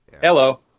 Hello